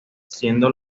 siendo